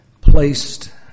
placed